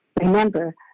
Remember